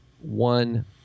one